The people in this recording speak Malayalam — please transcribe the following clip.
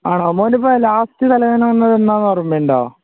ആണോ മോൻ ഇപ്പോൾ ലാസ്റ്റ് തലവേദന വന്നത് എന്നാണെന്ന് ഓർമ്മയുണ്ടോ